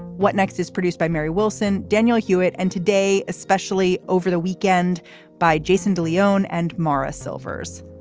what next is produced by mary wilson. daniel hewitt and today, especially over the weekend by jason de leon and maurice silvers.